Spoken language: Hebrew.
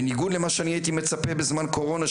בניגוד למה שאני הייתי מצפה שיהיה בזמן קורונה.